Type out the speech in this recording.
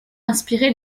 inspiré